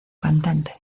cantante